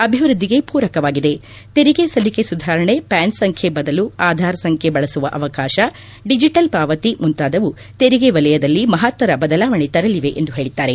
ಅಭಿವೃದ್ದಿಗೆ ಪೂರಕವಾಗಿದೆ ತೆರಿಗೆ ಸಲ್ಲಿಕೆ ಸುಧಾರಣೆ ಪ್ಲಾನ್ ಸಂಖ್ಯೆ ಬದಲು ಆಧಾರ್ ಸಂಖ್ಯೆ ಬಳಸುವ ಅವಕಾಶ ಡಿಜೆಟಲ್ ಪಾವತಿ ಮುಂತಾದವು ತೆರಿಗೆ ವಲಯದಲ್ಲಿ ಮಹತ್ತರ ಬದಲಾವಣೆ ತರಲಿವೆ ಎಂದು ಹೇಳಿದ್ದಾರೆ